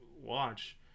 watch